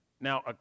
Now